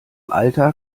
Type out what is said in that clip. alter